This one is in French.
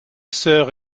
sœurs